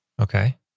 Okay